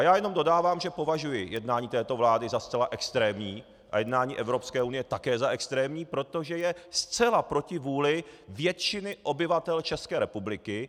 Já jenom dodávám, že považuji jednání této vlády za zcela extrémní a jednání Evropské unie také za extrémní, protože je zcela proti vůli většiny obyvatel České republiky.